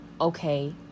okay